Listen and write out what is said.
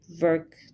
work